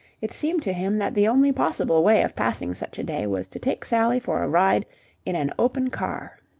it seemed to him that the only possible way of passing such a day was to take sally for a ride in an open car.